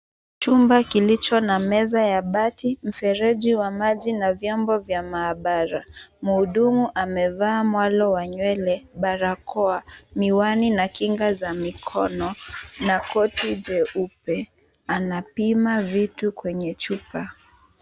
Chumba kilicho na meza ya bati, mfereji wa maji na vyombo vya maabara. Mhudumu amevaa mwalo wa nywele, barakoa, miwani na kinga za mikono, na koti jeupe. Anapima vitu kwenye chupa.